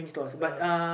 ya